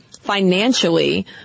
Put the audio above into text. financially